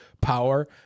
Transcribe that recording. power